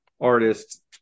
artist